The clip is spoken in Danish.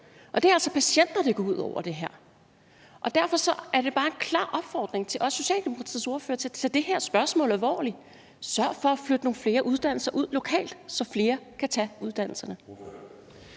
Og det er altså patienter, det her går ud over. Derfor er det bare en klar opfordring, også til Socialdemokratiets ordfører, til at tage det her spørgsmål alvorligt. Sørg for at flytte nogle flere uddannelser ud lokalt, så flere kan tage uddannelserne.